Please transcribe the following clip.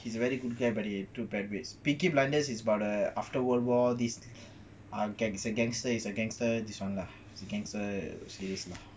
he's very good guy but he too bad peaky blinders is about the after world war is a gangster is a gangster is a gangster series lah